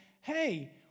hey